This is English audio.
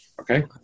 Okay